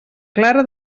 clara